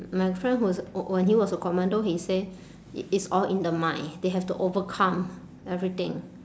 my friend who's when he was a commando he say it's all in the mind they have to overcome everything